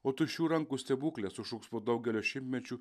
o tuščių rankų stebukle sušuks po daugelio šimtmečių